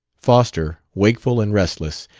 foster, wakeful and restless,